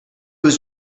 was